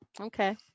okay